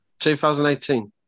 2018